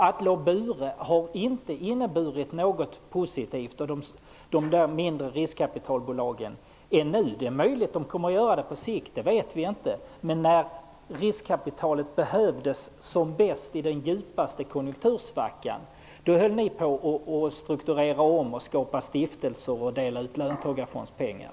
Atle och Bure och de mindre riskkapitalbolagen har inte medfört något positivt ännu. Det är möjligt att de kommer att göra det på sikt. Det vet vi inte. Men när riskkapitalet behövdes som bäst i den djupaste konjunktursvackan höll ni på att strukturera om och skapa stiftelser och dela ut löntagarfondspengar.